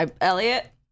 Elliot